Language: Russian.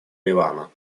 ливана